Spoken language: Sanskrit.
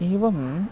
एवम्